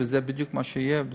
וזה בדיוק מה שיהיה,